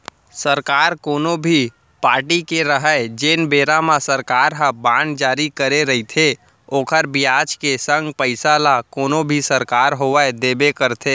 सरकार कोनो भी पारटी के रहय जेन बेरा म सरकार ह बांड जारी करे रइथे ओखर बियाज के संग पइसा ल कोनो भी सरकार होवय देबे करथे